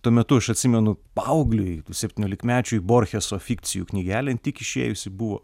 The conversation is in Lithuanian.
tuo metu aš atsimenu paaugliui septyniolikmečiui borcheso fikcijų knygelę jin tik išėjusi buvo